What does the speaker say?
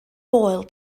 foel